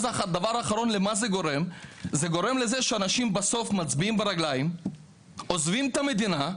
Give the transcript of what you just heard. זה גורם לזה שאנשים בסוף מצביעים ברגליים ועוזבים את המדינה.